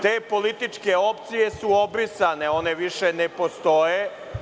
Te političke opcije su obrisane ione više ne postoje.